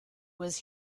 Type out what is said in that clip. was